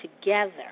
together